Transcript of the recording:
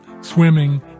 swimming